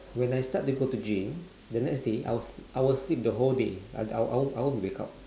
when I start to go to gym the next day I will I will sleep the whole day I I I won't I won't wake up